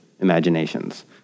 imaginations